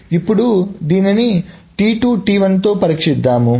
ఇప్పుడు దీనిని లతో పరీక్షిద్దం